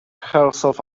herself